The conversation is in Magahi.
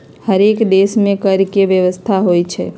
हरेक देश में कर के व्यवस्था होइ छइ